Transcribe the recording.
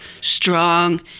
strong